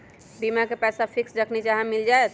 बीमा के पैसा फिक्स जखनि चाहम मिल जाएत?